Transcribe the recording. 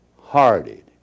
hearted